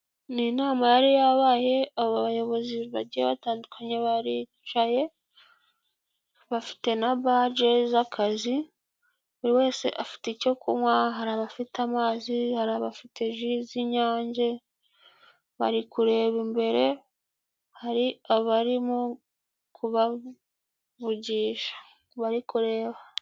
Ni inama yari yabaye abayobozi bagiye batandukanye baricaye, bafite na baje z'akazi buri wese afite icyo kunywa hari abafite amazi, hari abafite ji z'inyange, bari kureba imbere hari abarimo kubavugisha bari kureba.